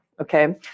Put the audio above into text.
Okay